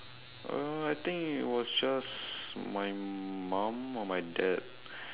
uh I think it was just my mum or my dad